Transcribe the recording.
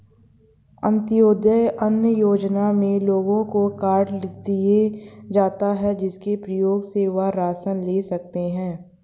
अंत्योदय अन्न योजना में लोगों को कार्ड दिए जाता है, जिसके प्रयोग से वह राशन ले सकते है